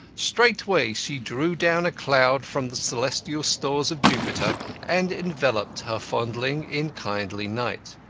straightway she drew down a cloud from the celestial stores of jupiter and enveloped her fondling in kindly night,